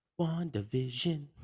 WandaVision